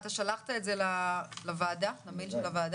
אתה שלחת את זה למייל של הוועדה?